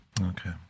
Okay